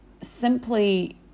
simply